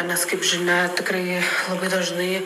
nes kaip žinia tikrai labai dažnai